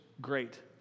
great